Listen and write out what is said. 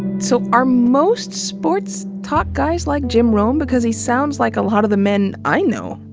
so are most sports talk guys like jim rome? because he sounds like a lot of the men i know.